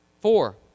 Four